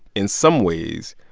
in some ways,